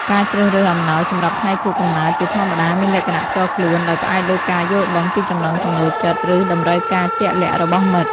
ការជ្រើសរើសអំណោយសម្រាប់ថ្ងៃខួបកំណើតជាធម្មតាមានលក្ខណៈផ្ទាល់ខ្លួន ដោយផ្អែកលើការយល់ដឹងពីចំណង់ចំណូលចិត្ត ឬតម្រូវការជាក់លាក់របស់មិត្ត។